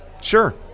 sure